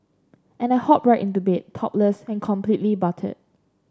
and I hop right into bed topless and completely buttered